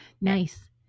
Nice